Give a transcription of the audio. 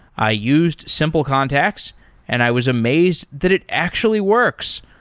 i used simple contacts and i was amazed that it actually works.